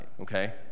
Okay